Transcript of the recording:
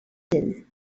din